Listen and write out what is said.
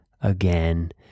again